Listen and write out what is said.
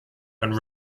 and